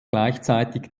gleichzeitig